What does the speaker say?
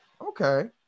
Okay